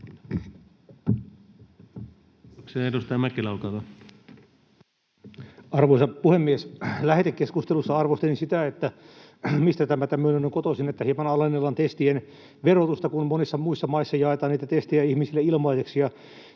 Arvoisa puhemies! Lähetekeskustelussa arvostelin sitä, mistä tämä tämmöinen on kotoisin, että hieman alennellaan testien verotusta. Kun monissa muissa maissa jaetaan testejä ihmisille ilmaiseksi ja